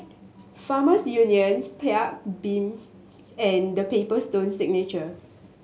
Farmers Union Paik Bibim and Paper Stone Signature